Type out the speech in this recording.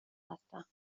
هستم